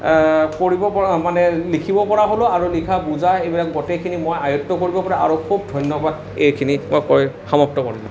পঢ়িব পৰা মানে লিখিব পৰা হ'লোঁ আৰু লিখা বুজা এইবিলাক গোটেইখিনি মই আয়ত্ত কৰিব পৰা আৰু খুব ধন্য়বাদ এইখিনি মই কৈ সমাপ্ত কৰিলোঁ